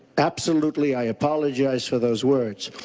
absolutely, i apologize for those words,